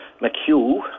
McHugh